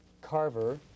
carver